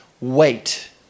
wait